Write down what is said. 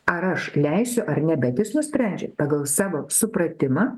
ar aš leisiu ar ne bet jis nusprendžia pagal savo supratimą